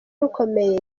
rukomeye